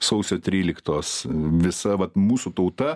sausio tryliktos visa vat mūsų tauta